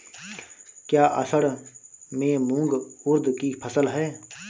क्या असड़ में मूंग उर्द कि फसल है?